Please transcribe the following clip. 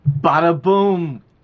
Bada-boom